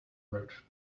wrote